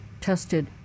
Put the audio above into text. tested